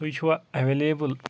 تُہۍ چُھوَ ایٚویلیبٕل